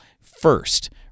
first